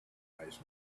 memorize